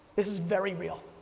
this is very real.